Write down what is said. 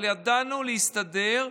אבל ידענו להסתדר,